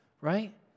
right